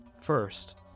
First